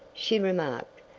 she remarked,